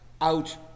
out